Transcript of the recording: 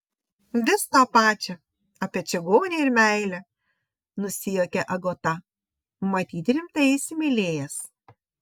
vis tą pačią apie čigonę ir meilę nusijuokė agota matyt rimtai įsimylėjęs